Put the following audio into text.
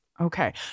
Okay